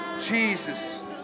Jesus